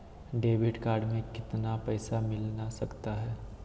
Debit card से कितने पैसे मिलना सकता हैं?